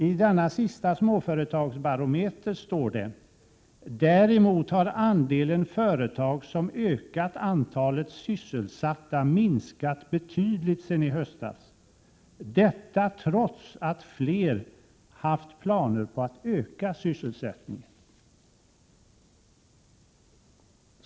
I den senaste småföretagsbarometern står: Däremot har andelen företag som ökat antalet sysselsatta minskat betydligt sedan i höstas, detta trots att fler haft planer på att öka sysselsättningen.